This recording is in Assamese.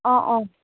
অঁ অঁ